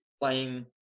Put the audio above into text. playing